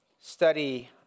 study